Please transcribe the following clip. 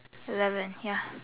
eleven ya